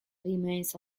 remains